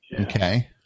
Okay